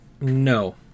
No